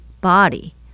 body